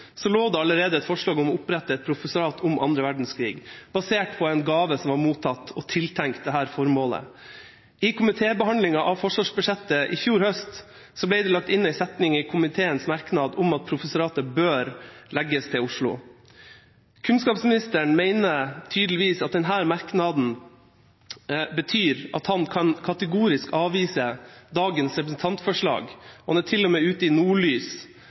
lå det allerede et forslag om å opprette et professorat om annen verdenskrig, basert på en gave som var mottatt og tiltenkt dette formålet. I komitébehandlinga av forsvarsbudsjettet i fjor høst ble det lagt inn en setning i komiteens merknad om at professoratet bør legges til Oslo. Kunnskapsministeren mener tydeligvis at denne merknaden betyr at han kategorisk kan avvise dagens representantforslag – han er til og med ute i avisa Nordlys